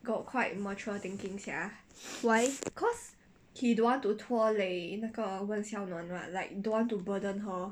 why